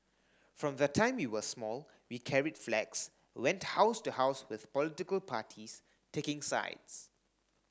from the time we were small we carried flags went house to house with political parties taking sides